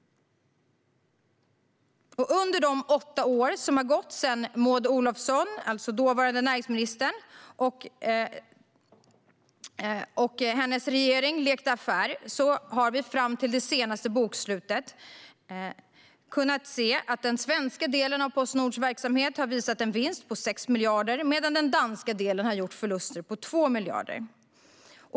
Under de åtta år som gått sedan dåvarande näringsministern Maud Olofsson och hennes regering lekte affär har vi fram till det senaste bokslutet kunna se att den svenska delen av Postnords verksamhet har visat en vinst på 6 miljarder, medan den danska delen har gjort förluster på 2 miljarder.